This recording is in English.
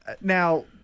Now